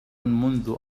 منذ